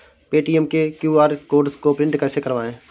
Paytm के QR code को print कैसे करवाएँ?